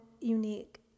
unique